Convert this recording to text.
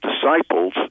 disciples